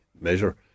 measure